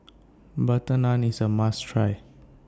Butter Naan IS A must Try